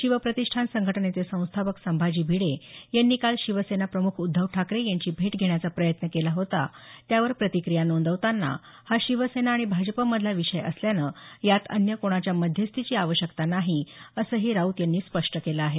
शिवप्रतिष्ठान संघटनेचे संस्थापक संभाजी भिडे यांनी काल शिवसेना प्रमुख उद्धव ठाकरे यांची भेट घेण्याचा प्रयत्न केला होता त्यावर प्रतिक्रीया नोंदवताना हा शिवसेना आणि भाजपमधला विषय असल्यानं यात अन्य कोणाच्या मध्यस्तीची आवश्यकता नाही असंही राऊत यांनी म्हटलं आहे